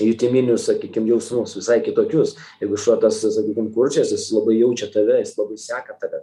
jutiminius sakykim jausmų visai kitokius jeigu šuo tas sakykim kurčias jis labai jaučia tave jis labai seka tave